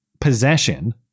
possession